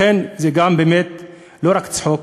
לכן זה גם באמת לא רק צחוק,